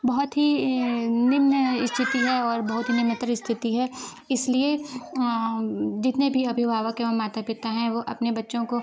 बहुत ही निम्न स्थिति है और बहुत स्थिति है इसलिए जीतने भी अभिभावक एवं माता पिता हैं वए अपने बच्चों को